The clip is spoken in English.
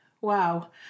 Wow